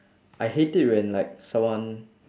I hate it when like someone